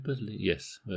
Yes